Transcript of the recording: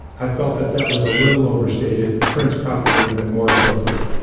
i felt that that was a little overstated. prince probably would have been more appropriate.